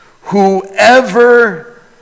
Whoever